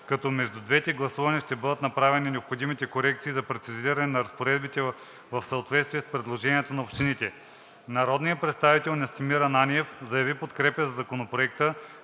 като между двете гласувания ще бъдат направени необходимите корекции за прецизиране на разпоредбите в съответствие с предложението на общините. Народният представител Настимир Ананиев заяви подкрепа за Законопроекта,